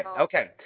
okay